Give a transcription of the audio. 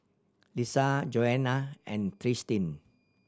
Lissa Joanne and Tristin